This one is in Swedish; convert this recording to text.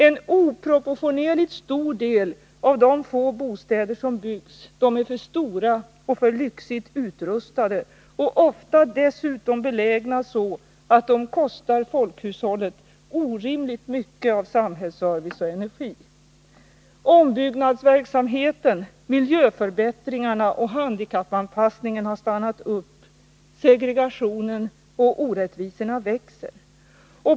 En oproportionerligt stor del av de få bostäder som byggs är för stora och för lyxigt utrustade, och ofta dessutom belägna så att de kostar folkhushållet orimligt mycket av samhällsservice och energi. Ombyggnadsverksamheten, miljöförbättringarna och handikappanpassningen har stannat upp. Segregationen och orättvisorna växer.